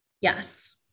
Yes